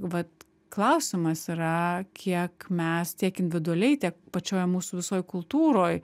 vat klausimas yra kiek mes tiek individualiai tiek pačioje mūsų visoj kultūroj